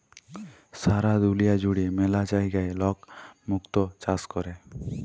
সারা দুলিয়া জুড়ে ম্যালা জায়গায় লক মুক্ত চাষ ক্যরে